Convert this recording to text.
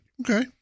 Okay